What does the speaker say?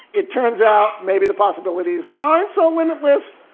it turns out maybe the possibilities aren't so limitless.